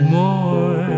more